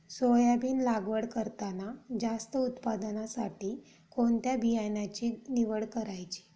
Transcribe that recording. Soybean लागवड करताना जास्त उत्पादनासाठी कोणत्या बियाण्याची निवड करायची?